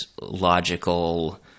logical